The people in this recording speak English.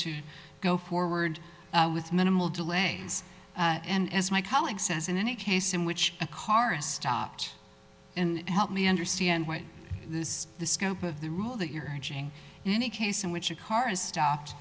to go forward with minimal delay and as my colleague says in any case in which a car is stopped and help me understand why this the scope of the rule that you're hedging in any case in which a car is stopped